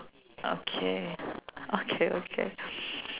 okay okay okay